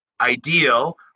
ideal